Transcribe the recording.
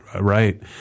right